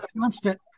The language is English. constant